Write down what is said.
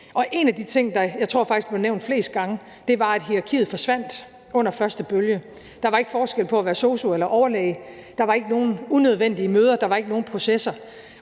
en af de ting, som jeg faktisk tror blev nævnt flest gange, var, at hierarkiet forsvandt under første bølge. Der var ikke forskel på at være sosu-assistent eller overlæge, der var ikke nogen unødvendige møder, der var ikke nogen processer,